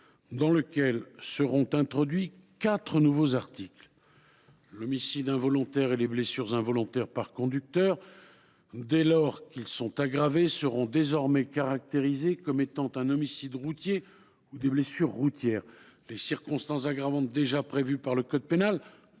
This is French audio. dans lequel seront introduits quatre nouveaux articles. L’homicide involontaire et les blessures involontaires par conducteur, dès lors qu’ils sont aggravés, seraient désormais caractérisés comme étant un homicide routier ou des blessures routières. Les circonstances aggravantes, déjà prévues par le code pénal,